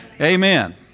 Amen